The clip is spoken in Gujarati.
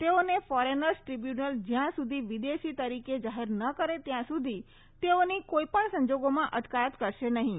તેઓને ફોરેનર્સ ટ્રીબ્યુનલ જયાં સુધી વિદેશી તરીકે જાહેર ન કરે ત્યાં સુધી તેઓની કોઇપણ સંજાગોમાં અટકાયત કરાશે નહિં